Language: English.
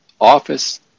Office